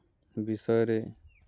ବିଷୟରେ